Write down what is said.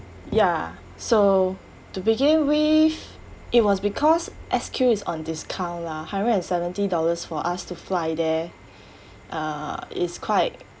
ya so to begin with it was because it was because S_Q is on discount lah hundred and seventy dollars for us to fly there uh is quite